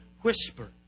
whisper